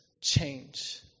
change